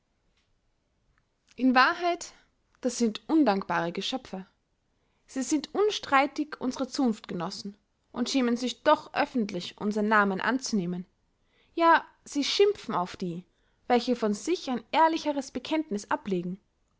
in wahrheit das sind undankbare geschöpfe sie sind unstreitig unsre zunftgenossen und schämen sich doch öffentlich unsern nahmen anzunehmen ja sie schimpfen auf die welche von sich ein ehrlicheres bekenntniß ablegen